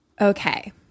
Okay